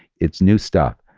it's new stuff.